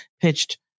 pitched